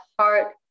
heart